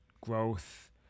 growth